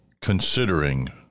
considering